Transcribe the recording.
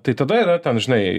tai tada yra ten žinai